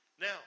Now